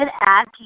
add